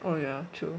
oh ya true